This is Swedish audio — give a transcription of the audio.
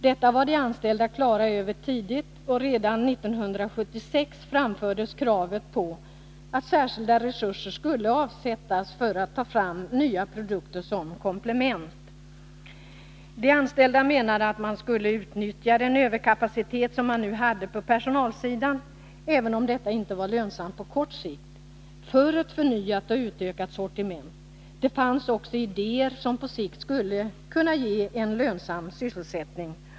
Detta var de anställda tidigt klara över, och redan 1976 framfördes kravet på att särskilda resurser skulle avsättas för framtagande av nya produkter som komplement. De anställda menade att man skulle utnyttja den överkapacitet som fanns på personalsidan, även om detta inte var lönsamt på kort sikt, för ett förnyat och utökat sortiment. Det fanns också idéer som på sikt skulle kunna leda till en lönsam sysselsättning.